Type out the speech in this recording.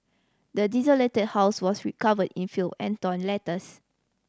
the desolated house was recovered in filth and torn letters